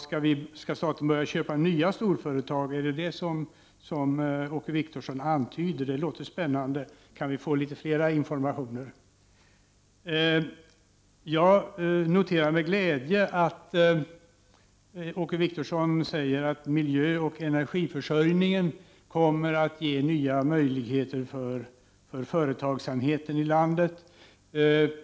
Skall staten börja köpa nya storföretag? Är det vad Åke Wictorsson antyder? Det låter spännande. Kan vi få fler informationer? Jag noterar med glädje att Åke Wictorsson säger att miljön och energiförsörjningen kommer att ge nya möjligheter för företagsamheten i landet.